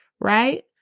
right